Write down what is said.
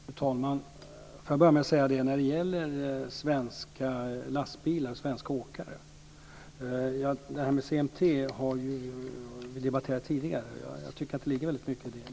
Fru talman! Vi har debatterat detta med CMT tidigare när det gäller svenska lastbilar och svenska åkare. Jag tycker att det ligger väldigt mycket i det.